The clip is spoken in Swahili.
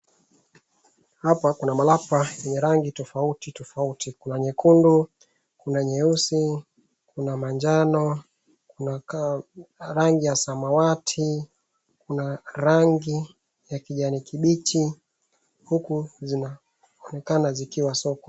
Hapa kuna malapa yenye rangi tofauti tofauti. Kuna nyekundu, kuna nyeusi, kuna majano, kun rangi ya samawati, kuna rangi ya kijani kimbichi huku zinafuatana zikiwa soko.